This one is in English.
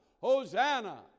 Hosanna